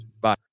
Bye